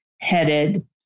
headed